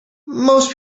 most